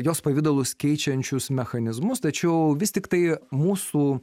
jos pavidalus keičiančius mechanizmus tačiau vis tiktai mūsų